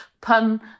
pun